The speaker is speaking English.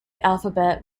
alphabet